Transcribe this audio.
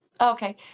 Okay